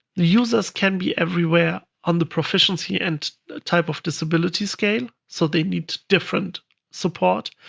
users can be everywhere on the proficiency and type of disability scale, so they need different support.